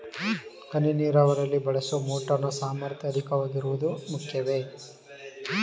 ಹನಿ ನೀರಾವರಿಯಲ್ಲಿ ಬಳಸುವ ಮೋಟಾರ್ ನ ಸಾಮರ್ಥ್ಯ ಅಧಿಕವಾಗಿರುವುದು ಮುಖ್ಯವೇ?